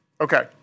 Okay